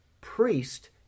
priest